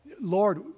Lord